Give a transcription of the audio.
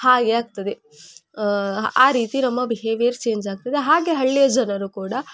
ಹಾಗೆ ಆಗ್ತದೆ ಆ ರೀತಿ ನಮ್ಮ ಬಿಹೇವಿಯರ್ ಚೇಂಜ್ ಆಗ್ತದೆ ಹಾಗೆ ಹಳ್ಳಿಯ ಜನರು ಕೂಡ